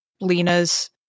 Lena's